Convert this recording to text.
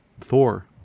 Thor